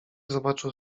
zobaczył